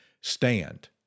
stand